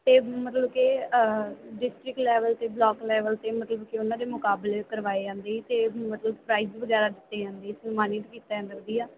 ਅਤੇ ਮਤਲਬ ਕਿ ਡਿਸਟਰਿਕਟ ਲੈਵਲ 'ਤੇ ਬਲੋਕ ਲੈਵਲ 'ਤੇ ਮਤਲਬ ਕਿ ਉਹਨਾਂ ਦੇ ਮੁਕਾਬਲੇ ਕਰਵਾਏ ਜਾਂਦੇ ਅਤੇ ਮਤਲਬ ਪ੍ਰਾਈਜ ਵਗੈਰਾ ਦਿੱਤੇ ਜਾਂਦੇ ਸਨਮਾਨਿਤ ਕੀਤਾ ਜਾਂਦਾ ਵਧੀਆ